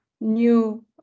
new